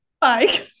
Bye